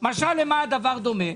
משל למה הדבר דומה?